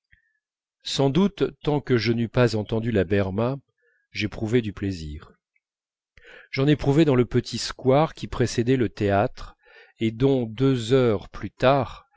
sans doute tant que je n'eus pas entendu la berma j'éprouvai du plaisir j'en éprouvai dans le petit square qui précédait le théâtre et dont deux heures plus tard